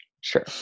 Sure